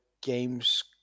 game's